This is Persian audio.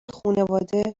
خونواده